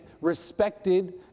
respected